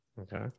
okay